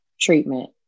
treatment